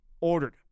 Ordered